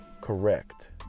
correct